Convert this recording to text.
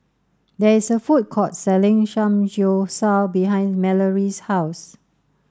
there is a food court selling Samgyeopsal behind Mallory's house